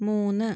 മൂന്ന്